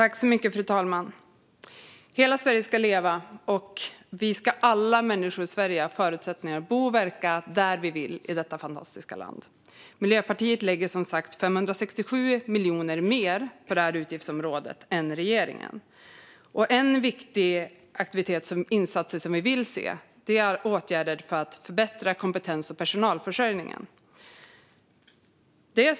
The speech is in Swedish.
Fru talman! Hela Sverige ska leva, och alla människor i Sverige ska ges förutsättningar att bo och verka i vårt fantastiska land. Miljöpartiet lägger som sagt 567 miljoner mer än regeringen på detta utgiftsområde. En viktig insats är att förbättra kompetens och personalförsörjningen.